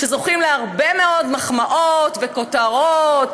שזוכים להרבה מאוד מחמאות וכותרות,